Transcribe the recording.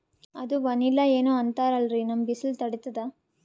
ಅದು ವನಿಲಾ ಏನೋ ಅಂತಾರಲ್ರೀ, ನಮ್ ಬಿಸಿಲ ತಡೀತದಾ?